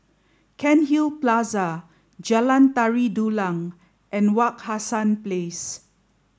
Cairnhill Plaza Jalan Tari Dulang and Wak Hassan Place